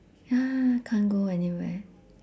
ya can't go anywhere